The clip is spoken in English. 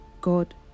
God